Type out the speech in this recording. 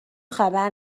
خبر